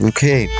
Okay